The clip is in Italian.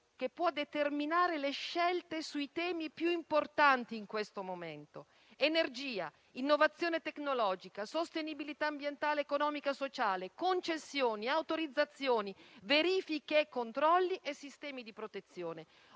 che può determinare le scelte sui temi più importanti in questo momento: energia, innovazione tecnologica, sostenibilità ambientale, economica e sociale, concessioni, autorizzazioni, verifiche, controlli e sistemi di protezione.